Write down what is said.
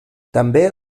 també